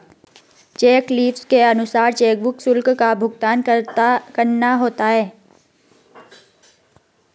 check leaves के अनुसार chequebook शुल्क का भुगतान करना होता है